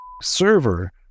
server